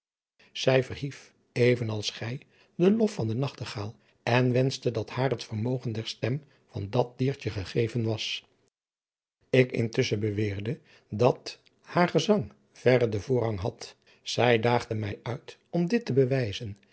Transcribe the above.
zij verhief even als gij den lof van den nachtegaal en wenschte dat haar het vermogen der stem van dat diertje gegeven was ik intusschen beweerde dat haar gezang verre den voorrang had zij daagde mij uit om dit te bewijzen